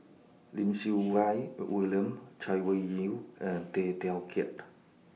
Lim Siew Wai William Chay Weng Yew and Tay Teow Kiat